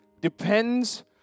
Depends